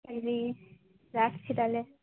রাখছি তাহলে